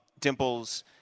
Dimples